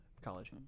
college